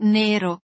nero